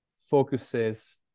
focuses